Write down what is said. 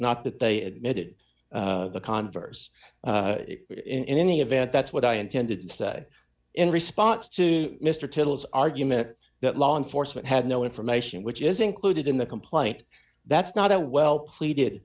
not that they admitted the converse in any event that's what i intended to say in response to mr tiddles argument that law enforcement had no information which is included in the complaint that's not a well pleaded